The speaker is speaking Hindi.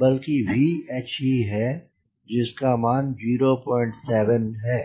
बल्कि VH ही है जिसका मान 07 है